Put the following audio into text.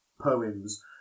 poems